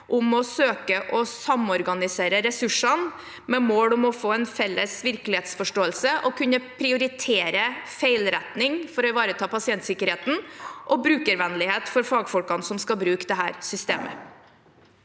om å søke å samorganisere ressursene med mål om å få en felles virkelighetsforståelse og kunne prioritere feilretting, for å ivareta pasientsikkerheten og brukervennlighet for fagfolkene som skal bruke dette systemet.